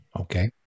Okay